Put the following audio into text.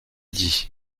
dit